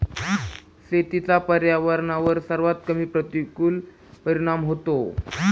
शेतीचा पर्यावरणावर सर्वात कमी प्रतिकूल परिणाम होतो